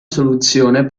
soluzione